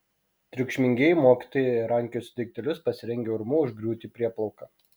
triukšmingieji mokytojai rankiojosi daiktelius pasirengę urmu užgriūti prieplauką